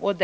Då